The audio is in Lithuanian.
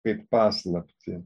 kaip paslaptį